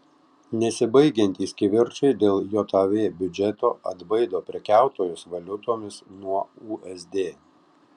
nesibaigiantys kivirčai dėl jav biudžeto atbaido prekiautojus valiutomis nuo usd